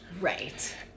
Right